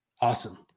Awesome